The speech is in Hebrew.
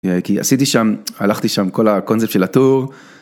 כי עשיתי שם הלכתי שם כל הקונספט של הטור.